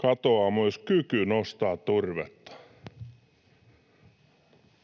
katoaa myös kyky nostaa turvetta.”